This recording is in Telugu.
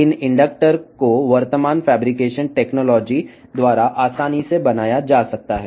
ఈ ప్రేరకాలను ప్రస్తుత ఫాబ్రికేషన్ టెక్నాలజీ ద్వారా సులభంగా తయారు చేయవచ్చును